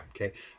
Okay